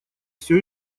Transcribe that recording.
все